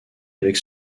avec